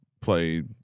play